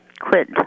quit